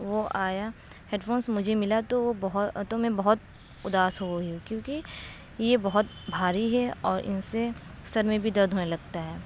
وہ آیا headphones مجھے ملا تو وہ بہت تو میں بہت اداس ہو ہوئی کیونکہ یہ بہت بھاری ہے اور ان سے سر میں بھی درد ہونے لگتا ہے